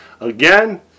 Again